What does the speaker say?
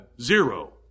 Zero